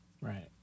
Right